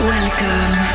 Welcome